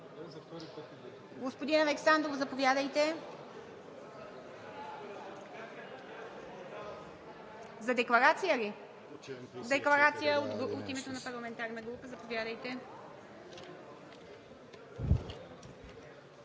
Господин Александров, заповядайте. За декларация ли? Декларация от името на парламентарна група – заповядайте.